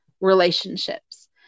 relationships